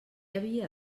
havia